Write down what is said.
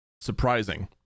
surprising